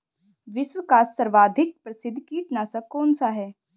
विश्व का सर्वाधिक प्रसिद्ध कीटनाशक कौन सा है?